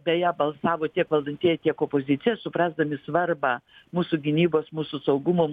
beje balsavo tiek valdantieji tiek opozicija suprasdami svarbą mūsų gynybos mūsų saugumo